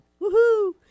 Woohoo